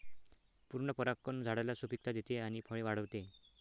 पूर्ण परागकण झाडाला सुपिकता देते आणि फळे वाढवते